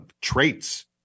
traits